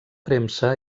premsa